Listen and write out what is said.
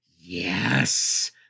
Yes